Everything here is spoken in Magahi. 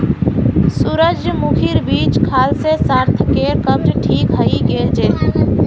सूरजमुखीर बीज खाल से सार्थकेर कब्ज ठीक हइ गेल छेक